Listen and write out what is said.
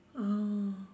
oh